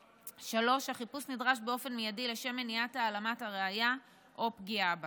3. החיפוש נדרש באופן מיידי לשם מניעה העלמת הראיה או פגיעה בה.